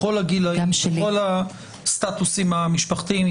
מכל הגילים והסטטוסים המשפחתיים.